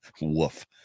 Woof